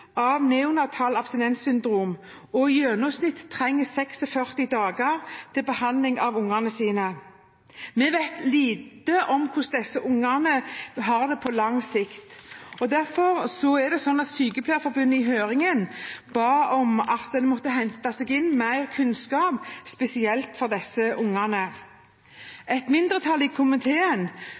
av neonatalt abstinenssyndrom og i gjennomsnitt trenger 46 dager til behandling. Vi vet lite om hvordan disse ungene har det på lang sikt. Derfor ba Sykepleierforbundet i høringen om at det ble innhentet mer kunnskap, spesielt om disse ungene. Et mindretall i komiteen